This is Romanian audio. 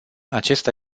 acesta